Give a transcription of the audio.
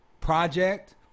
project